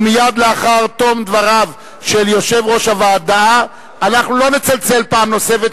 ומייד לאחר תום דבריו של יושב-ראש הוועדה אנחנו לא נצלצל פעם נוספת,